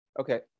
Okay